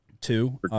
Two